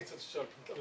עוד מעט 4 שנים, מה